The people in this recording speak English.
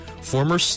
Former